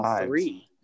three